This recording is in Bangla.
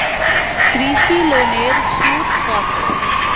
কৃষি লোনের সুদ কত?